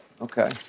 Okay